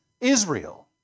Israel